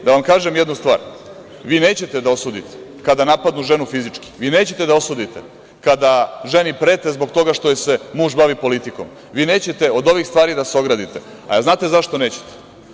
Da vam kažem jednu stvar, vi nećete da osudite kada napadnu ženu fizički, vi nećete da osudite kada ženi prete zbog toga što joj se muž bavi politikom, vi nećete od ovih stvari da se ogradite, a da li znate zašto nećete?